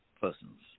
persons